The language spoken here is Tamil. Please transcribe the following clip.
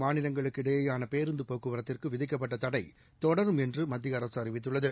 மாநிலங்களுக்கு ரயில் இடையேயானபேருந்துபோக்குவரத்துக்குவிதிக்கப்பட்டதடைதொடரும் என்றுமத்தியஅரசுஅறிவித்துள்ளது